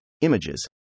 images